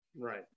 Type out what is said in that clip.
Right